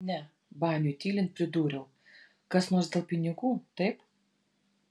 ne baniui tylint pridūriau kas nors dėl pinigų taip